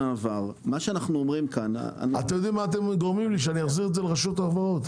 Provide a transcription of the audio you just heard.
אתם גורמים לי שאחזיר את זה לרשות החברות.